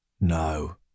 No